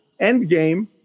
Endgame